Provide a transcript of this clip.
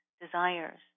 desires